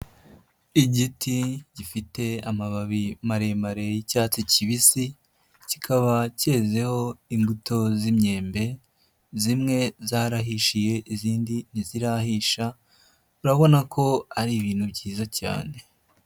Igiti gifite amababi maremare y'icyatsi kibisi kikaba kezeho imbuto z'imyembe zimwe zarahishiye izindi ntizirahisha, urabona ko ari ibintu byiza cyane.